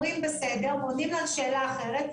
אומרים בסדר ועונים על שאלה אחרת,